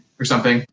or something,